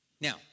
Now